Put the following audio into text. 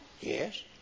Yes